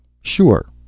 Sure